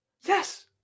Yes